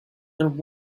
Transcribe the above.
and